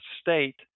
State